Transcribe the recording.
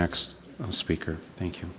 next speaker thank you